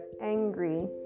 angry